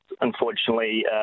unfortunately